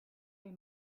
est